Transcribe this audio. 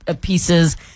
pieces